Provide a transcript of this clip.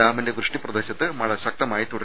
ഡാമിന്റെ വൃഷ്ടിപ്രദേശത്ത് മഴ ശക്തമായി തുട